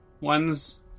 ones